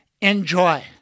enjoy